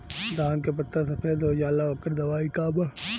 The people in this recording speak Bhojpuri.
धान के पत्ता सफेद हो जाला ओकर दवाई का बा?